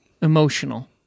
Emotional